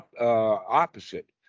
opposite